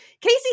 Casey